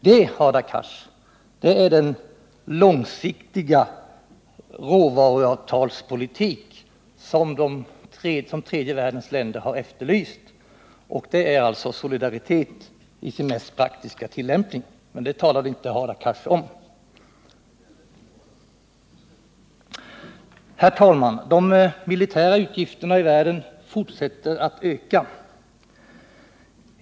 Det, Hadar Cars, är den långsiktiga råvaruavtalspolitik som tredje världens länder har efterlyst. Det är alltså solidaritet i sin mest praktiska tillämpning, men det talade inte Hadar Cars om. Herr talman! De militära utgifterna i världen fortsätter att öka.